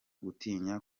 gutinya